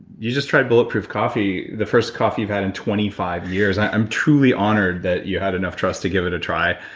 you just tried bulletproof coffee the first coffee you've had in twenty five years. i'm truly honored that you had enough trust to give it a try.